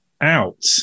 out